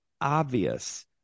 obvious